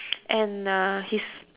and uh his